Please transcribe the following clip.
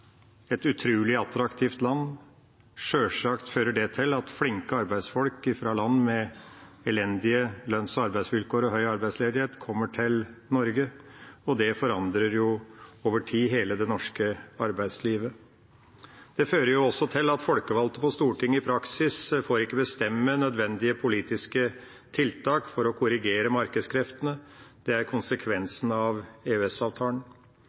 et utrolig attraktivt land. Sjølsagt fører det til at flinke arbeidsfolk fra land med elendige lønns- og arbeidsvilkår og høy arbeidsledighet kommer til Norge, og det forandrer jo over tid hele det norske arbeidslivet. Det fører også til at folkevalgte på Stortinget i praksis ikke får bestemme nødvendige politiske tiltak for å korrigere markedskreftene. Det er